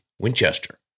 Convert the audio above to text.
Winchester